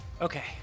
Okay